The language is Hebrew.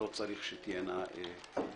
ולא צריך שתהיינה פשרות.